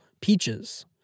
peaches